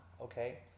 Okay